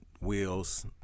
wheels